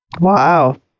Wow